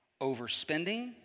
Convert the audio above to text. overspending